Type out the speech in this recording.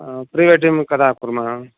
अ prewedding कदा कुर्मः